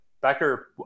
Becker